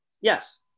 Yes